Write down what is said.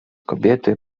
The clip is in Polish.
kobiety